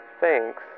Thanks